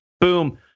boom